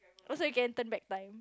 also you can turn back time